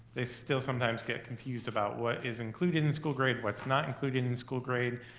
they still sometimes get confused about what is included in school grade, what's not included in school grade,